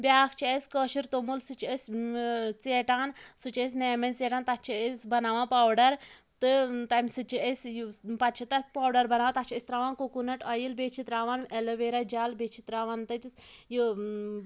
بیٛاکھ چھُ اسہِ کٲشُر توٚمُل سُہ چھِ أسۍ ٲں ژیٹان سُہ چھِ أسۍ نیٛامہِ منٛز ژیٹان تَتھ چھِ أسۍ بَناوان پوڈَر تہٕ تَمہِ سۭتۍ چھِ أسۍ پَتہٕ چھِ تَتھ پوڈَر بَناوان تَتھ چھِ أسۍ ترٛاوان کوکونَٹ اۄیِل بیٚیہِ چھِ ترٛاوان ایٚلویرا جل بیٚیہِ چھِ ترٛاوان تَتس یہِ